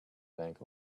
bank